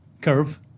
Curve